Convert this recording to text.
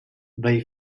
they